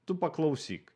tu paklausyk